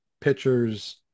pitchers